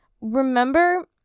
Remember